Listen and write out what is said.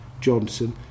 Johnson